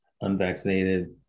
unvaccinated